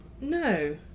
no